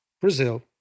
Brazil